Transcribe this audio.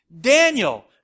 Daniel